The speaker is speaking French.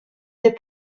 des